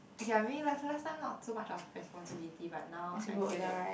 okay lah maybe last last time not so much of responsibility but now I feel that